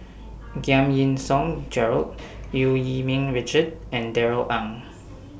Giam Yean Song Gerald EU Yee Ming Richard and Darrell Ang